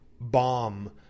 bomb